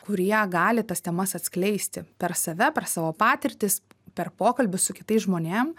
kurie gali tas temas atskleisti per save per savo patirtis per pokalbius su kitais žmonėm